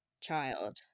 child